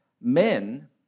men